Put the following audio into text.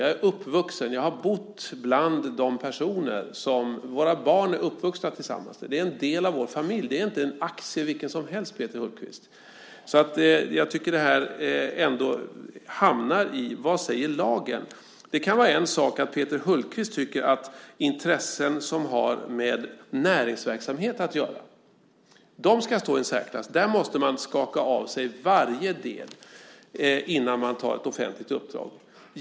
Jag är uppvuxen och har bott bland de personerna. Våra barn är uppvuxna tillsammans med dem. Det är en del av vår familj. Det är inte en aktie vilken som helst, Peter Hultqvist. Jag tycker att det här hamnar i vad lagen säger. Det kan vara en sak att Peter Hultqvist tycker att intressen som har med näringsverksamhet att göra ska stå i en särklass. Där måste man skaka av sig varje del innan man tar ett offentligt uppdrag.